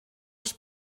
els